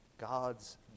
God's